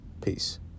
Peace